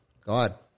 God